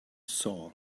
saw